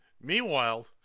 Meanwhile